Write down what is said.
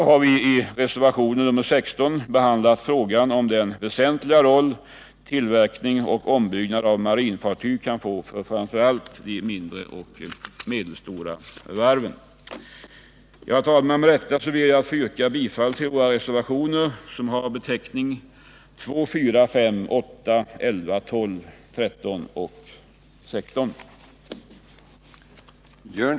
I reservationen 16 slutligen behandlar vi frågan om den väsentliga roll tillverkning och ombyggnad av marinfartyg kan få för framför allt de mindre och medelstora varven. Med detta, herr talman, ber jag att få yrka bifall till reservationerna 2,4,5,8, 11, 12, 13 och 16.